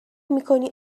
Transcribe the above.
میکنی